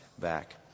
back